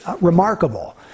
remarkable